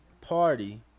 party